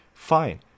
Fine